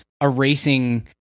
erasing